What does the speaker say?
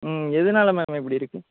ம் எதனால மேம் இப்படி இருக்குது